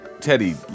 Teddy